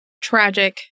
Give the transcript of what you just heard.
tragic